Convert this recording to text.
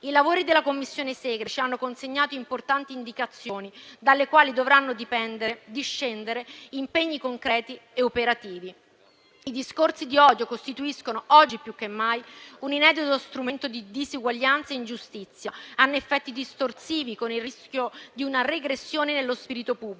I lavori della Commissione Segre ci hanno consegnato importanti indicazioni, dalle quali dovranno discendere impegni concreti e operativi. I discorsi di odio costituiscono, oggi più che mai, un inedito strumento di disuguaglianza e ingiustizia e hanno effetti distorsivi, con il rischio di una regressione nello spirito pubblico